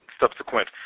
Subsequent